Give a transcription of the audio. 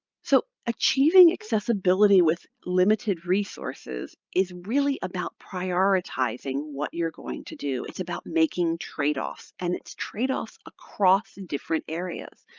so achieving accessibility with limited resources is really about prioritizing what you're going to do. it's about making trade-offs, and it's trade-offs across different areas.